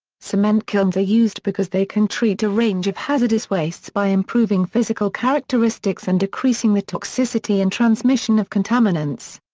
cement kilns are used because they can treat a range of hazardous wastes by improving physical characteristics and decreasing the toxicity and transmission of contaminants.